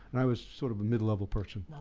and i was sort of a mid-level person.